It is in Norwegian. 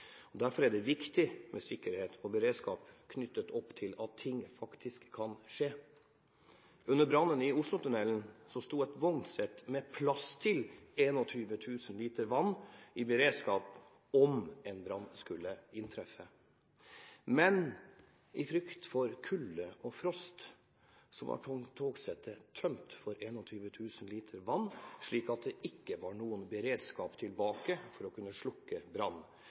derfor er det viktig at sikkerhet og beredskap er knyttet opp til at ting faktisk kan skje. Under brannen i Oslotunnelen sto et vognsett med plass til 21 000 liter vann i beredskap – om brann skulle inntreffe. Men i frykt for kulde og frost var togsettet tømt for 21 000 liter vann, så det var ingen beredskap for å kunne slukke